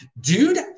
Dude